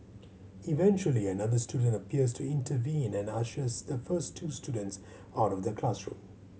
eventually another student appears to intervene and ushers the first two students out of the classroom